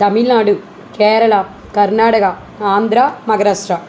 Tamil Nadu Kerala Karnataka Andhra Maharashtra